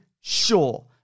sure